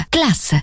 Class